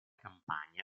campagna